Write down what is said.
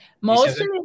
Mostly